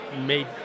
made